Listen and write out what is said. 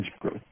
growth